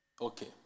Okay